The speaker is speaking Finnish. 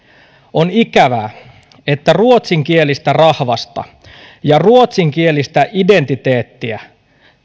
on ikävää että ruotsinkielistä rahvasta ja ruotsinkielistä identiteettiä